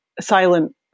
silent